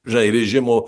žinai režimo